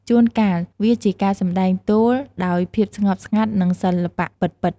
ជួនកាលវាជាការសម្ដែងទោលដោយភាពស្ងប់ស្ងាត់ និងសិល្បៈពិតៗ។